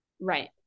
Right